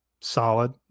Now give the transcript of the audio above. solid